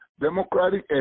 Democratic